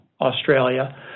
Australia